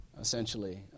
essentially